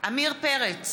עמיר פרץ,